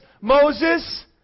Moses